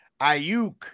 Ayuk